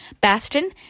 Bastion